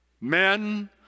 Men